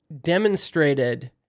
demonstrated